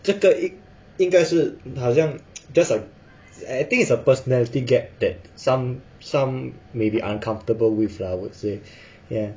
这个应该应该是好像 just a I think it's a personality gap that some some may be uncomfortable with lah I would say ya